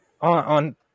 on